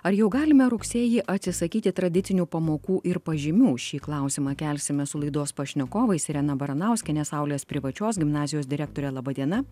ar jau galime rugsėjį atsisakyti tradicinių pamokų ir pažymių šį klausimą kelsime su laidos pašnekovais irena baranauskiene saulės privačios gimnazijos direktore laba diena